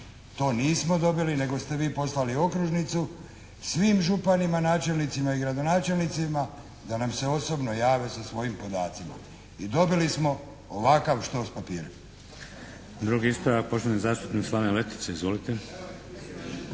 To nismo dobili nego ste vi poslali okružnicu svim županija, načelnicima i gradonačelnicima da nam se osobno jave sa svojim podacima. I dobili smo ovakav štos papira. **Šeks, Vladimir (HDZ)** Drugi ispravak poštovani zastupnik Slaven Letica. Izvolite!